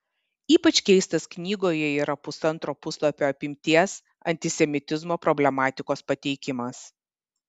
ypač keistas knygoje yra pusantro puslapio apimties antisemitizmo problematikos pateikimas